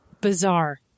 bizarre